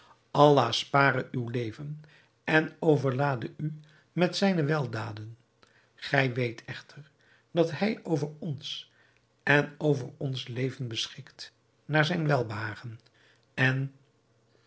allah spare uw leven en overlade u met zijne weldaden gij weet echter dat hij over ons en over ons leven beschikt naar zijn welbehagen en